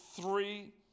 three